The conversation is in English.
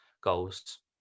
goals